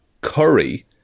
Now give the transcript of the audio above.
curry